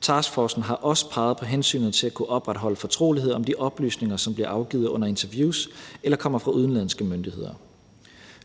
Taskforcen har også peget på hensynet til at kunne opretholde fortrolighed om de oplysninger, som bliver afgivet under interviews eller kommer fra udenlandske myndigheder.